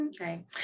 Okay